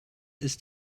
ist